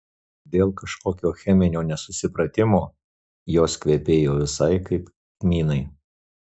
dėl kažkokio cheminio nesusipratimo jos kvepėjo visai kaip kmynai